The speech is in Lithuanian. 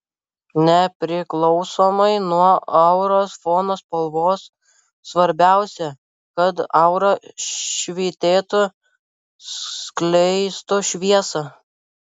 nepriklausomai nuo auros fono spalvos svarbiausia kad aura švytėtų skleistų šviesą